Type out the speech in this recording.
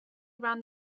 around